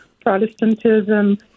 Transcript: Protestantism